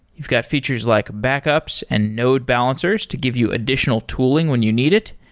you've got features like backups and node balancers to give you additional tooling when you need it.